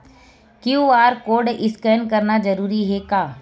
QR code scan करना जरूरी हे का?